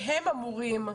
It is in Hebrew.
שהם אמורים.